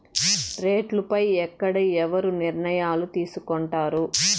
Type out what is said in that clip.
రేట్లు పై ఎక్కడ ఎవరు నిర్ణయాలు తీసుకొంటారు?